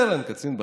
רב-סרן, קצין בכיר.